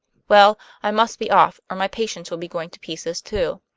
well, i must be off, or my patients will be going to pieces too.